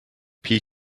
pea